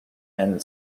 and